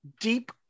deep